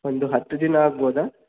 ಒಂದು ಹತ್ತು ದಿನ ಆಗ್ಬೋದಾ